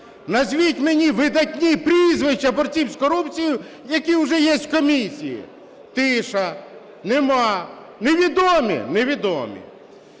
Назвіть мені видатні прізвища борців з корупцією, які уже є в комісії. Тиша. Немає. Невідомі? Невідомі.